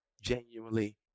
genuinely